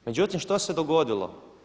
Međutim što se dogodilo?